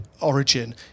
origin